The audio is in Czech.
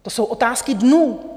To jsou otázky dnů.